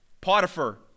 Potiphar